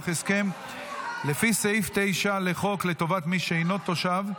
הסכם לפי סעיף 9 לחוק לטובת מי שאינו תושב),